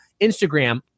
Instagram